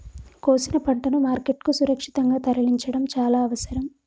కోసిన పంటను మార్కెట్ కు సురక్షితంగా తరలించడం చాల అవసరం